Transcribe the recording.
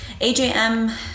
AJM